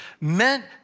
meant